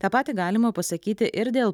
tą patį galima pasakyti ir dėl